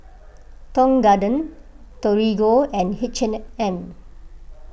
Tong Garden Torigo and H and M